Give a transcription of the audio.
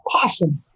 passion